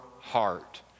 heart